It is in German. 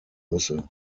müsse